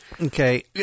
Okay